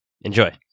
Enjoy